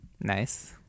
Nice